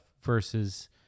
versus